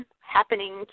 happening